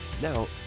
Now